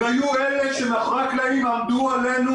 הם היו אלה שמאחורי הקלעים עמדו עלינו